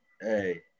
Hey